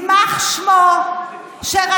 יימח שמו וזכרו,